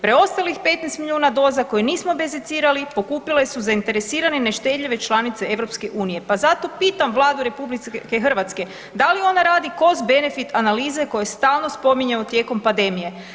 Preostalih 15 milijuna doza koje nismo bezicirali pokupile su zainteresirane i neštedljive članice EU, pa zato pitam Vladu RH da li ona radi Cost-benefit analize koje stalno spominje tijekom pandemije?